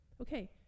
Okay